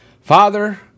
Father